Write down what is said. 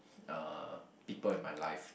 uh people in my life